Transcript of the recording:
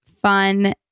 fun